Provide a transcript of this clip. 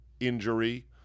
Injury